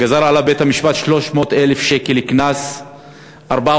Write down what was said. גזר בית-המשפט 300,000 שקל קנס וארבעה